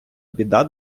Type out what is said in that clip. біда